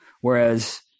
whereas